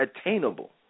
attainable